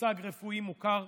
מושג רפואי מוכר: